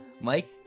Mike